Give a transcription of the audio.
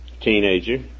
teenager